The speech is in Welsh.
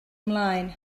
ymlaen